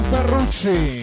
Ferrucci